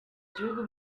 bihugu